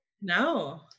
no